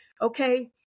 Okay